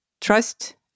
trust